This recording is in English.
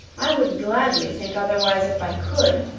i would gladly think otherwise if i could,